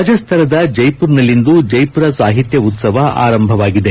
ರಾಜಸ್ತಾನದ ಜೈಪುರದಲ್ಲಿಂದು ಜೈಪುರ ಸಾಹಿತ್ಯ ಉತ್ತವ ಆರಂಭವಾಗಿದೆ